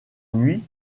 nuit